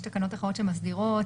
יש תקנות אחרות שמסדירות,